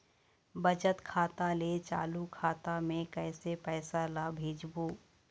बचत खाता ले चालू खाता मे कैसे पैसा ला भेजबो?